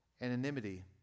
anonymity